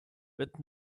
with